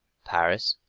paris.